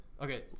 okay